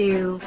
Two